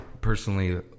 personally